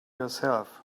yourself